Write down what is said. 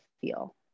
feel